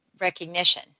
Recognition